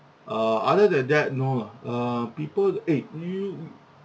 err other than that no lah err people the eh you